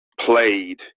played